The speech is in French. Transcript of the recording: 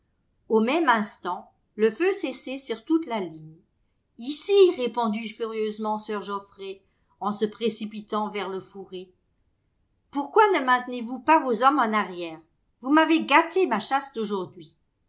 au même instant le feu cessait sur toute la ligne ici répondit furieusement sir geoffrey en se précipitant vers le fourré pourquoi ne maintenez vous pas vos hommes en arrière vous m'avez gâté ma chasse d'aujourd'hui